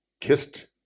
kissed